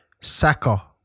Saka